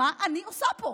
מה אני עושה פה,